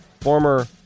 former